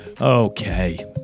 Okay